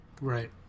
Right